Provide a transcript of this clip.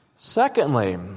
Secondly